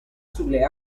sulle